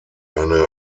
eine